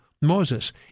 Moses